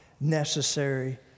necessary